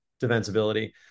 defensibility